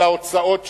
על ההוצאות שלה,